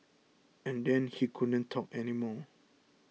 and then he couldn't talk anymore